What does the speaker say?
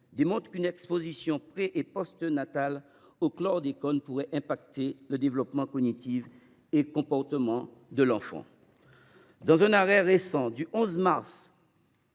démontrent qu’une exposition pré et postnatale au chlordécone pourrait affecter le développement cognitif et le comportement de l’enfant. Dans un arrêt récent, le 11 mars